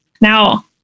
Now